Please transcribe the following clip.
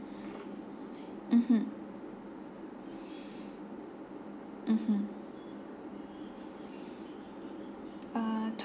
mmhmm mmhmm uh